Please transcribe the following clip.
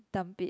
dump it